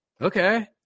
okay